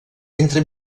entre